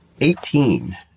Eighteen